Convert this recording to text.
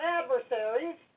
adversaries